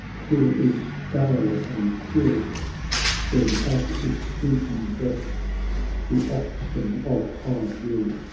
till each dale and hill fed at its beating breast the offspring of hiph will!